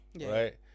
right